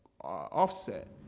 Offset